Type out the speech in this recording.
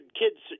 kids